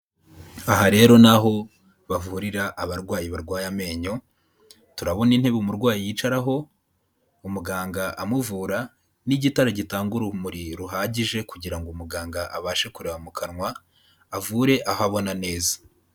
Aha rero ni aho bavurira abarwayi barwaye amenyo, turabona intebe umurwayi yicaraho, umuganga amuvura, n'igitara gitanga urumuri ruhagije, kugira ngo muganga abashe kureba mu kanwa, avure aho abona neza.